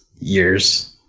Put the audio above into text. years